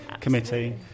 committee